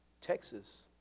Texas